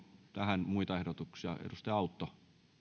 tähän muita ehdotuksia